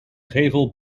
gevel